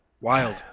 Wild